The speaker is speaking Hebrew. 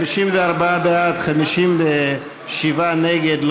54 בעד, 57 נגד.